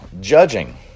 judging